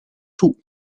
toe